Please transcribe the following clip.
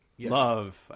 love